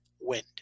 wind